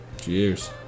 Cheers